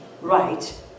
right